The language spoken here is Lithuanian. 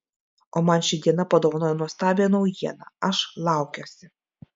o man ši diena padovanojo nuostabią naujieną aš laukiuosi